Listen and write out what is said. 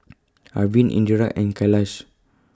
Arvind Indira and Kailash